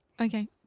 Okay